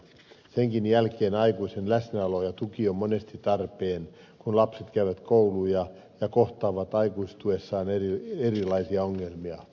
senkin jälkeen aikuisen läsnäolo ja tuki on monesti tarpeen kun lapset käyvät kouluja ja kohtaavat aikuistuessaan erilaisia ongelmia